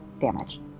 damage